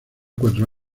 cuatro